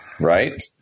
Right